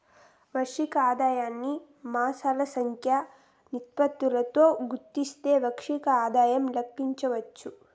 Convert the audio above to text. వార్షిక ఆదాయాన్ని మాసాల సంఖ్య నిష్పత్తితో గుస్తిస్తే వార్షిక ఆదాయం లెక్కించచ్చు